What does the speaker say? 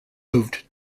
moved